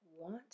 want